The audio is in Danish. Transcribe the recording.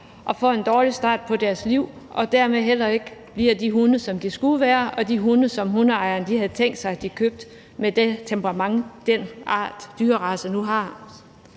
og får en dårlig start på deres liv og dermed heller ikke bliver de hunde, som de skulle være, og de hunde, som hundeejerne havde tænkt sig de købte med det temperament, de dyreracer nu har.